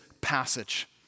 passage